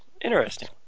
Interesting